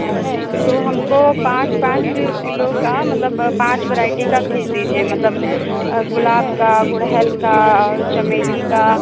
अच्छा तो हमको पाँच पाँच किलो का मतलब पाँच वराइटी का भेज़ दीजिए मतलब गुलाब का गुड़हल का और चमेली का